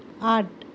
आठ